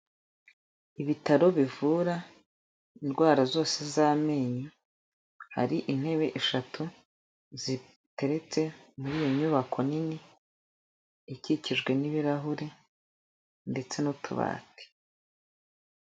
Ibitaro bivura indwara zose z'amenyo, hari intebe eshatu ziteretse muri iyo nyubako nini ikikijwe n'ibirahuri ndetse n'utubati.